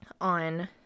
on